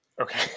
Okay